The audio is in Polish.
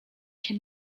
się